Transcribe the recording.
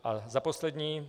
A za poslední.